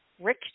Rick